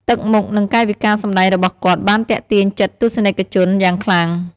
ទឹកមុខនិងកាយវិការសម្ដែងរបស់គាត់បានទាក់ទាញចិត្តទស្សនិកជនយ៉ាងខ្លាំង។